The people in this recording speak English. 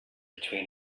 between